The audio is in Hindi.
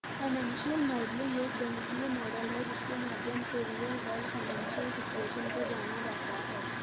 फाइनेंशियल मॉडलिंग एक गणितीय मॉडल है जिसके माध्यम से रियल वर्ल्ड फाइनेंशियल सिचुएशन को जाना जाता है